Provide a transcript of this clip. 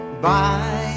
Bye